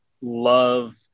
love